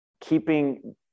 keeping